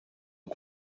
ont